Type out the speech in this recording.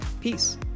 Peace